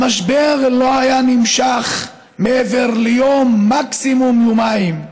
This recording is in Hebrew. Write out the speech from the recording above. המשבר לא היה נמשך מעבר ליום, מקסימום יומיים.